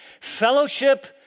Fellowship